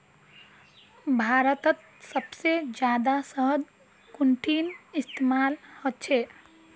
भारतत सबसे जादा शहद कुंठिन इस्तेमाल ह छे